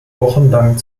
wochenlang